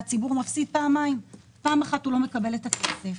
והציבור מפסיד פעמיים: פעם אחת הוא לא מקבל את הכסף,